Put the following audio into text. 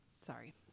Sorry